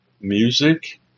music